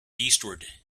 eastward